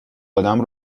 ادم